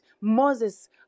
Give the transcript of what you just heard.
Moses